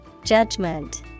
Judgment